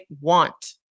want